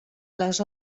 les